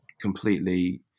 completely